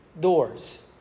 doors